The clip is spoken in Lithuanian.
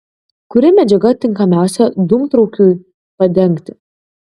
kuri medžiaga tinkamiausia dūmtraukiui padengti